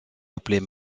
appelées